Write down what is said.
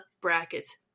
brackets